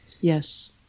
Yes